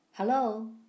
Hello